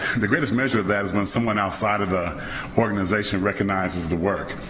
the greatest measure of that is when someone outside of the organization recognizes the work.